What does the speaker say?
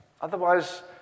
Otherwise